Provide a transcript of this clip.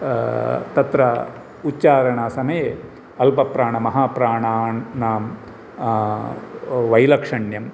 तत्र उच्चारणसमये अपल्प्राणमहाप्राणानां वैलक्षण्यं